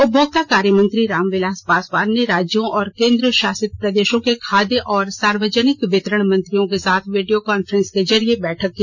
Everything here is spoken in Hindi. उपभोक्ता कार्य मंत्री रामविलास पासवान ने राज्यों और केन्द्र शासित प्रदेशों के खाद्य और सार्वजनिक वितरण मंत्रियों के साथ वीडियो कान्फ्रेंस के जरिए बैठक की